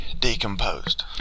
decomposed